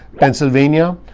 pennsylvania,